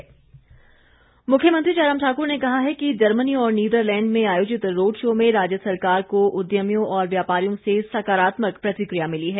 मुख्यमंत्री मुख्यमंत्री जयराम ठाकुर ने कहा है कि जर्मनी और नीदरलैंड में आयोजित रोड शो में राज्य सरकार को उद्यमियों और व्यापारियों से सकारात्मक प्रतिक्रिया मिली है